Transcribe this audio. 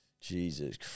Jesus